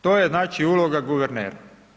To je znači uloga guvernera.